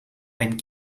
ein